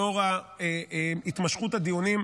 לאור התמשכות הדיונים,